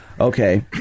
Okay